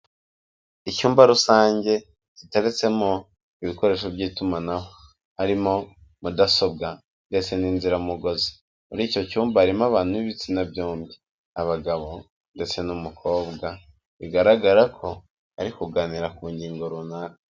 Icyumba rusange giteretsemo ibikoresho by'itumanaho, harimo mudasobwa, ndetse n'inzira mugozi. Muri icyo cyumba harimo abantu b'ibitsina byombi, abagabo ndetse n'umukobwa, bigaragara ko bari kuganira ku ngingo runaka.